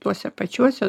tuose pačiuose